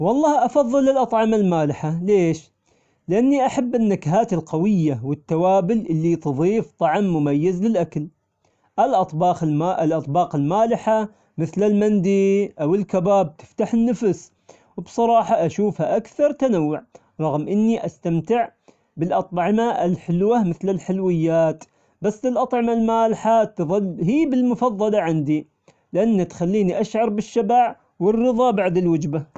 والله أفظل الأطعمة المالحة،، ليش؟ لأني أحب النكهات القوية والتوابل اللي تظيف طعم مميز للأكل، الأطباخ- الأطباق المالحة مثل المندي أو الكباب تفتح النفس، وبصراحة أشوفها أكثر تنوع رغم أني أستمتع بالأطعمة الحلوة مثل الحلويات، بس الأطعمة المالحة تظل هي بالمفظلة عندي، لأن تخليني أشعر بالشبع والرظا بعد الوجبة.